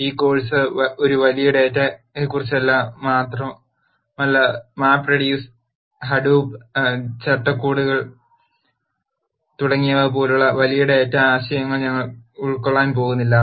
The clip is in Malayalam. ഈ കോഴ് സ് ഒരു വലിയ ഡാറ്റയെക്കുറിച്ചല്ല മാത്രമല്ല മാപ്പ് റെഡ്യൂസ് ഹഡൂപ്പ് ചട്ടക്കൂടുകൾ തുടങ്ങിയവ പോലുള്ള വലിയ ഡാറ്റാ ആശയങ്ങൾ ഞങ്ങൾ ഉൾക്കൊള്ളാൻ പോകുന്നില്ല